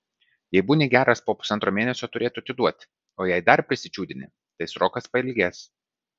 jei būni geras po pusantro mėnesio turėtų atiduot o jei dar prisičiūdini tai srokas pailgės